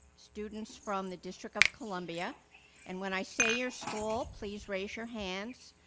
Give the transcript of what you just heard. students from the district of columbia and when i say your school please raise your hands.